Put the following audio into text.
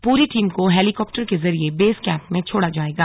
पूरी टीम को हेलीकाप्टर के जरिए बेस कैम्प में छोड़ा जायेगा